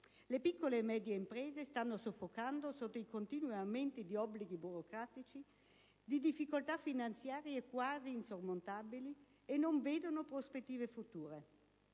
Le piccole e medie imprese stanno soffocando sotto i continui aumenti di obblighi burocratici e di difficoltà finanziarie quasi insormontabili e non vedono prospettive future.